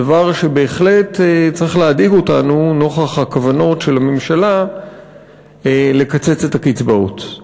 דבר שבהחלט צריך להדאיג אותנו נוכח הכוונות של הממשלה לקצץ את הקצבאות.